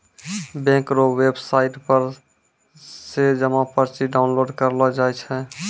bank रो website पर से जमा पर्ची डाउनलोड करेलो जाय छै